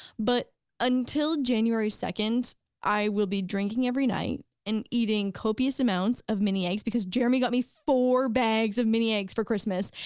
but until january second i will be drinking every night and eating copious amounts of mini eggs, because jeremy got me four bags of mini eggs for christmas,